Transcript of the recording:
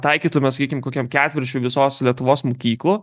taikytume sakykim kokiam ketvirčiui visos lietuvos mokyklų